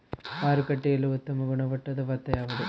ಮಾರುಕಟ್ಟೆಯಲ್ಲಿ ಉತ್ತಮ ಗುಣಮಟ್ಟದ ಭತ್ತ ಯಾವುದು?